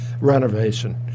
renovation